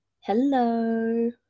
Hello